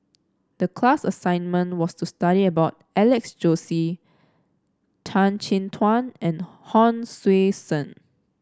the class assignment was to study about Alex Josey Tan Chin Tuan and Hon Sui Sen